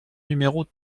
numéro